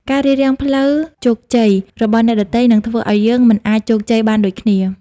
ការរារាំងផ្លូវជោគជ័យរបស់អ្នកដទៃ នឹងធ្វើឱ្យយើងមិនអាចជោគជ័យបានដូចគ្នា។